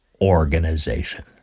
organization